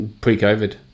Pre-COVID